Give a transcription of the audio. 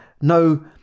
no